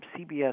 CBS